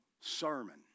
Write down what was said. sermon